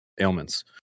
ailments